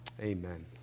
Amen